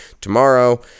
tomorrow